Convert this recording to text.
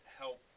help